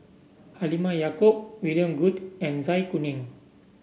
Halimah Yacob William Goode and Zai Kuning